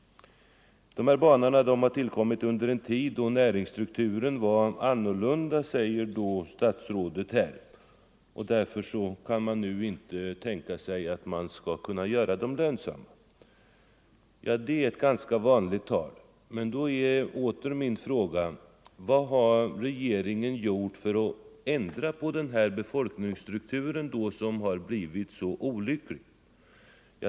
De här banorna har tillkommit under en tid då näringsstrukturen var annorlunda än nu, anförde statsrådet, och därför kan man inte tänka sig att göra dem lönsamma. Det är ett ganska vanligt resonemang, och jag vill åter fråga: Vad har regeringen gjort för att ändra på befolkningsstrukturen, som har blivit så olycklig?